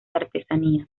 artesanías